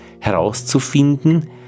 herauszufinden